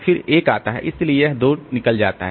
फिर 1 आता है इसलिए यह 2 निकल जाता है